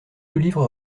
livre